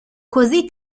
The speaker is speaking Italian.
così